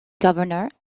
governor